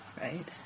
right